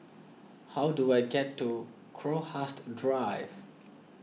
how do I get to Crowhurst Drive